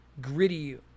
gritty